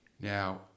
Now